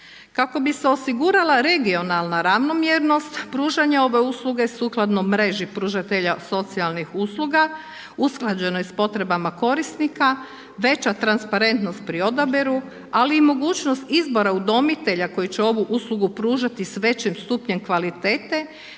Kako bi se osigurala regionalna ravnomjernost, pružanje ove usluge sukladno mreži pružatelja socijalnih usluga usklađeno je s potrebama korisnika, veća transparentnost pri odabiru, ali i mogućnost izbora udomitelja koji će ovu uslugu pružati s većim stupnjem kvalitete,